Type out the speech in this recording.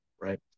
right